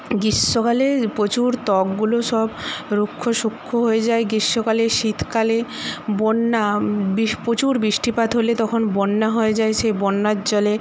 গ্রীষ্মকালে প্রচুর ত্বকগুলো সব রুক্ষ সুক্ষ হয়ে যায় গ্রীষ্মকালে শীতকালে বন্যা বি প্রচুর বৃষ্টিপাত হলে তখন বন্যা হয়ে যায় সেই বন্যার জলে